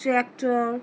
tractor